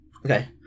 Okay